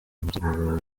musaruro